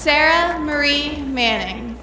sara marie manning